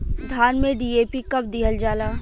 धान में डी.ए.पी कब दिहल जाला?